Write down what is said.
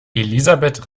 elisabeth